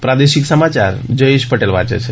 પ્રાદેશિક સમાચાર જયેશ પટેલ વાંચે છે